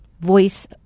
voice